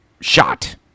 shot